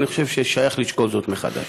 אני חושב שיש לשקול זאת מחדש.